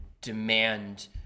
demand